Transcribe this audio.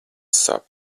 sāp